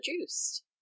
produced